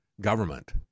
government